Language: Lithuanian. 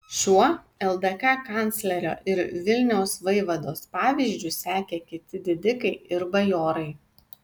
šiuo ldk kanclerio ir vilniaus vaivados pavyzdžiu sekė kiti didikai ir bajorai